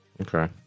okay